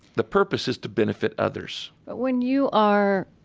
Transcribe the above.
the purpose is to benefit others but when you are